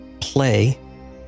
play